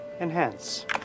Enhance